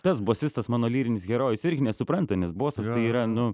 tas bosistas mano lyrinis herojus irgi nesupranta nes bosas yra nu